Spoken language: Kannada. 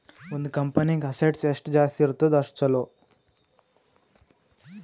ಒಂದ್ ಕಂಪನಿಗ್ ಅಸೆಟ್ಸ್ ಎಷ್ಟ ಜಾಸ್ತಿ ಇರ್ತುದ್ ಅಷ್ಟ ಛಲೋ